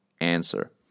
answer